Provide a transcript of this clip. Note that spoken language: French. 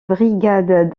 brigade